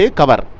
cover